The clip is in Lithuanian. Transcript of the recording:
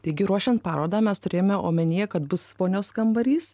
taigi ruošiant parodą mes turėjome omenyje kad bus vonios kambarys